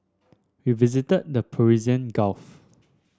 we visited the Persian Gulf